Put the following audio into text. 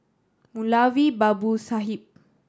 Moulavi Babu Sahib